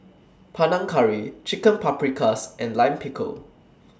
Panang Curry Chicken Paprikas and Lime Pickle